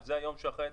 זה היום שאחרי?